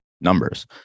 numbers